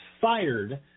fired